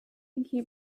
thinking